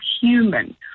human